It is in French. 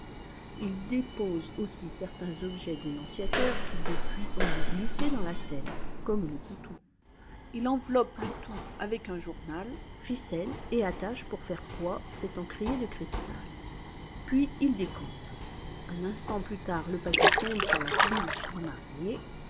il dépose aussi certains objets dénonciateurs qui depuis ont dû glisser dans la seine comme le couteau il enveloppe le tout avec un journal ficèle et attache pour faire poids cet encrier de cristal puis il décampe un instant plus tard le paquet tombe sur la péniche du marinier